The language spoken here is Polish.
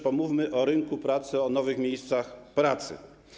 Pomówmy o rynku pracy, o nowych miejscach pracy.